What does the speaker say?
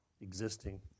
existing